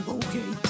okay